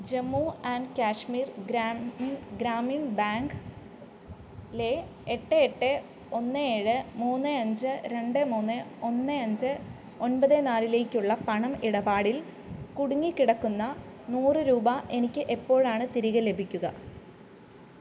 Jammu and Kashmir Grameen bank ലെ എട്ട് എട്ട് ഒന്ന് ഏഴ് മൂന്ന് അഞ്ച് രണ്ട് മൂന്ന് ഒന്ന് അഞ്ച് ഒമ്പത് നാലിലേക്കുള്ള പണം ഇടപാടിൽ കുടുങ്ങിക്കിടക്കുന്ന നൂറ് രൂപ എനിക്ക് എപ്പോഴാണ് തിരികെ ലഭിക്കുക